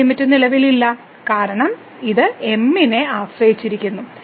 ഈ ലിമിറ്റ് നിലവിലില്ല കാരണം ഇത് m നെ ആശ്രയിച്ചിരിക്കുന്നു